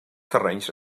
terrenys